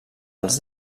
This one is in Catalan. els